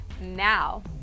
now